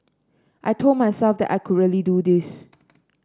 I told myself that I could really do this